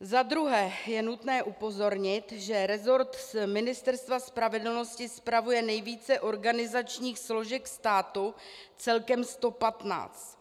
Za druhé je nutné upozornit, že resort Ministerstva spravedlnosti spravuje nejvíce organizačních složek státu, celkem 115.